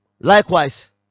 likewise